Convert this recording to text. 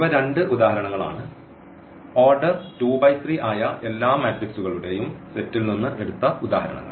ഇവ രണ്ട് ഉദാഹരണങ്ങളാണ് ഓർഡർ ആയ എല്ലാ മെട്രിക്സുകളുടെയും സെറ്റിൽ നിന്ന് എടുത്ത ഉദാഹരണങ്ങൾ